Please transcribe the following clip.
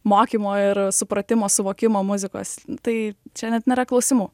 mokymo ir supratimo suvokimo muzikos tai čia net nėra klausimų